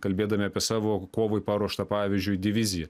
kalbėdami apie savo kovui paruoštą pavyzdžiui diviziją